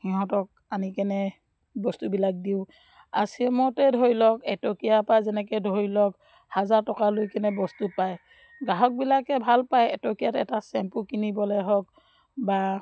সিহঁতক আনি কেনে বস্তুবিলাক দিওঁ আৰ চি এমতে ধৰি লওক এটকীয়াৰপৰা যেনেকৈ ধৰি লওক হাজাৰ টকালৈ কেনে বস্তু পায় গ্ৰাহকবিলাকে ভাল পায় এটকীয়াত এটা চেম্পু কিনিবলৈ হওক বা